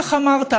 כך אמרת,